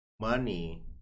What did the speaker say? money